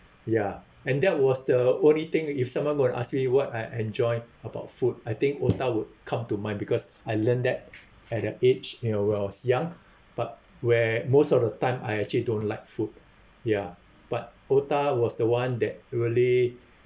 yeah and that was the only thing if someone will ask me what I enjoy about food I think otah would come to mind because I learned that at the age you know when I was young but where most of the time I actually don't like food ya but otah was the one that really